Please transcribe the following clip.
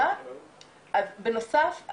בנוסף,